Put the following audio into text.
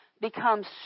becomes